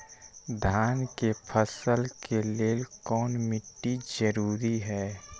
धान के फसल के लेल कौन मिट्टी जरूरी है?